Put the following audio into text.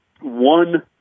one